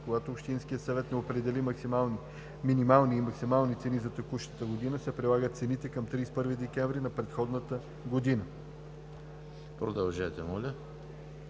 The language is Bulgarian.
Когато общинският съвет не определи минимални и максимални цени за текущата година, се прилагат цените към 31 декември на предходната година.“ Комисията